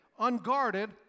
Unguarded